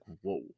whoa